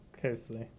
closely